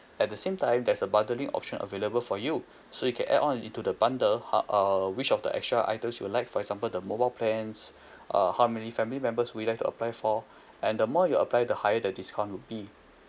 at the same time there's a bundling option available for you so you can add on into the bundle ha~ err which of the extra items you'd like for example the mobile plans err how many family members would you like to apply for and the more you apply the higher the discount will be